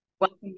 welcome